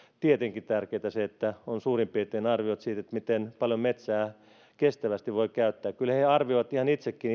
tietenkin tärkeätä että on suurin piirtein arviot siitä miten paljon metsää kestävästi voi käyttää ja kyllä he arvioivat ihan itsekin